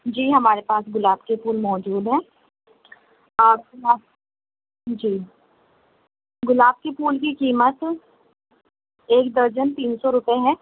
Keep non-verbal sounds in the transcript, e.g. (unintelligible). جی ہاں ہمارے پاس گلاب کے پھول موجود ہیں آپ (unintelligible) جی گلاب کے پھول کی قیمت ایک درجن تین سو روپے ہے